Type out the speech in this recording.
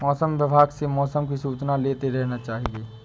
मौसम विभाग से मौसम की सूचना लेते रहना चाहिये?